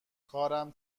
کارم